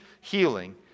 healing